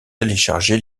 téléchargé